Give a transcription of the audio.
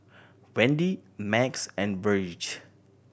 Wendi Max and Virge